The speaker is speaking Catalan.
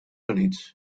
units